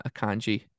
Akanji